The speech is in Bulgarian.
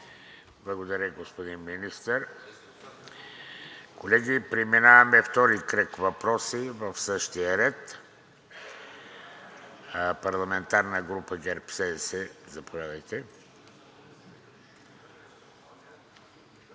Благодаря, господин Министър. Колеги, преминаваме втори кръг въпроси в същия ред. Парламентарната група на ГЕРБ-СДС, заповядайте.